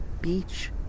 beach